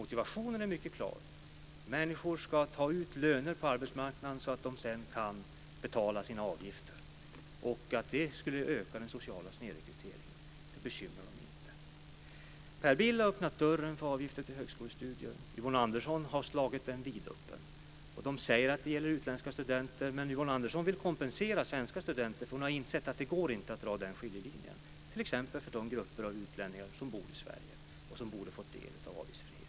Motivationen är mycket klar: Människor ska ta ut löner på arbetsmarknaden så att de sedan kan betala sina avgifter. Det bekymrar inte Moderaterna att detta skulle öka den sociala snedrekryteringen. Per Bill har öppnat dörren för avgifter till högskolestudier. Yvonne Andersson har slagit den vidöppen. De säger att det gäller utländska studenter, men Yvonne Andersson vill kompensera svenska studenter för hon har insett att det inte går att dra en skiljelinje för t.ex. de grupper av utlänningar som bor i Sverige och som borde få del av avgiftsfriheten.